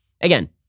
Again